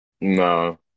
No